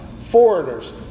foreigners